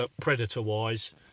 predator-wise